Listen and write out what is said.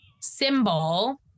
symbol